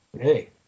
Hey